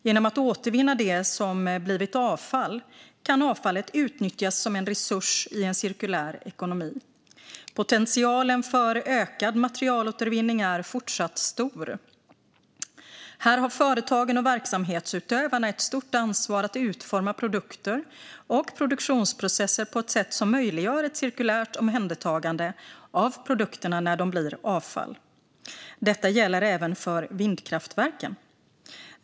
Genom att återvinna det som har blivit avfall kan avfallet utnyttjas som en resurs i en cirkulär ekonomi. Potentialen för ökad materialåtervinning är fortsatt stor. Här har företagen och verksamhetsutövarna ett stort ansvar att utforma produkter och produktionsprocesser på ett sätt som möjliggör ett cirkulärt omhändertagande av produkterna när de blir avfall. Detta gäller även för vindkraftverken.